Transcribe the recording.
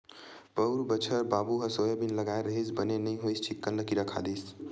पउर बछर बाबू ह सोयाबीन लगाय रिहिस बने नइ होइस चिक्कन ल किरा खा दिस